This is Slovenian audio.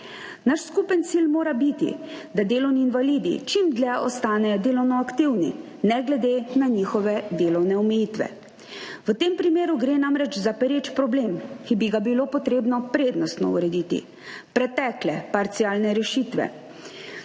Naš skupen cilj mora biti, da delovni invalidi čim dlje ostanejo delovno aktivni, ne glede na njihove delovne omejitve. V tem primeru gre namreč za pereč problem, ki bi ga bilo treba prednostno urediti. Pretekle parcialne rešitve